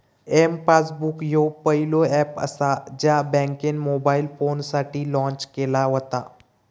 M passbook ह्यो पहिलो app असा ज्या बँकेन मोबाईल फोनसाठी लॉन्च केला व्हता